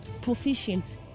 proficient